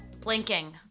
Blinking